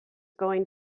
going